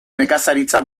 nekazaritza